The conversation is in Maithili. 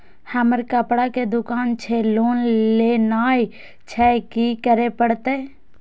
हमर कपड़ा के दुकान छे लोन लेनाय छै की करे परतै?